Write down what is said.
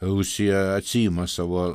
rusija atsiima savo